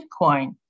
Bitcoin